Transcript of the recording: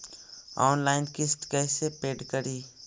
Online किस्त कैसे paid करि?